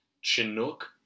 chinook